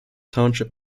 township